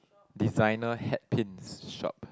designer hat pins shop